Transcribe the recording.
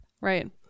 Right